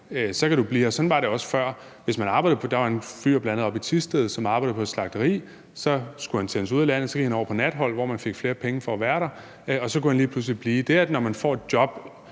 sådan var det også før. Der var bl.a. en fyr oppe i Thisted, som arbejdede på et slagteri. Så skulle han sendes ud af landet, og så gik han over på natholdet, hvor man fik flere penge for at være der, og så kunne han lige pludselig blive. Når man får et job,